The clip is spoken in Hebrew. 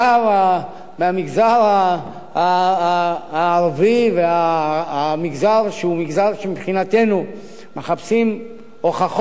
מהמגזר הערבי והמגזר שהוא מגזר שמבחינתנו מחפשים הוכחות,